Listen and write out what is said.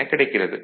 எனக் கிடைக்கிறது